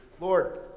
Lord